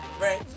right